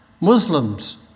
Muslims